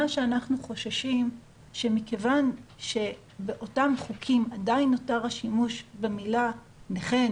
אנחנו חוששים שמכיוון שבאותם החוקים עדיין נותר השימוש במילה "נכה,